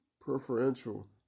preferential